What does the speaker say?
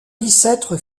bicêtre